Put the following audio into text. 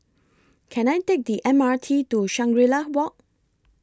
Can I Take The M R T to Shangri La Walk